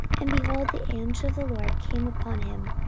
and, behold, the angel of the lord came upon him,